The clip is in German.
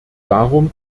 darum